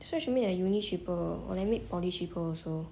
so actually I mean should make uni cheaper or like make poly cheaper also